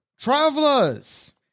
Travelers